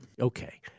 Okay